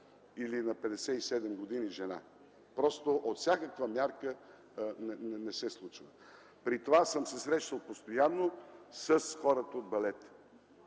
жена на 57 години. Просто от всякаква мярка не се случва. При това съм се срещал постоянно с хората от балета